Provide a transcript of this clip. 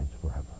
forever